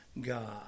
God